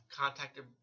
contacted